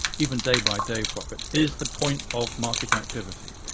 even day by day profit is the point of market activity.